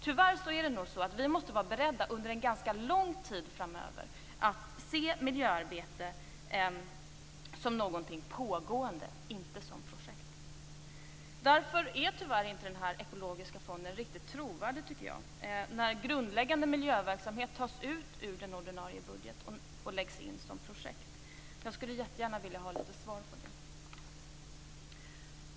Tyvärr måste vi nog under en ganska lång tid framöver vara beredda att se miljöarbete som något pågående, inte som projekt. Därför är den ekologiska fonden enligt min mening tyvärr inte riktigt trovärdig. Grundläggande miljöverksamhet lyfts ju ut ur ordinarie budget och läggs in som projekt. Där skulle jag väldigt gärna vilja ha ett svar.